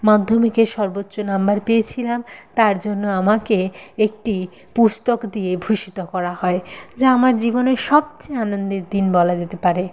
মাধ্যমিকে সর্বোচ্চ নম্বর পেয়েছিলাম তার জন্য আমাকে একটি পুস্তক দিয়ে ভূষিত করা হয় যা আমার জীবনের সবচেয়ে আনন্দের দিন বলা যেতে পারে